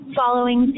following